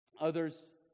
Others